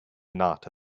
not